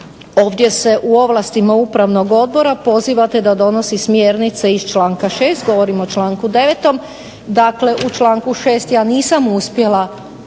ovdje se u ovlastima upravnog odbora pozivate da donosi smjernice iz članka 6. govorim o članku 9., dakle u članku 6 ja nisam uspjela